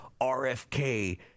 RFK